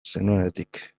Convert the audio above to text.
zenuenetik